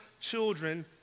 children